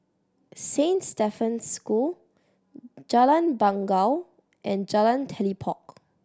Saint Stephen's School Jalan Bangau and Jalan Telipok